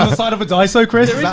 ah side of a daiso, chris? there is